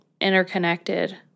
interconnected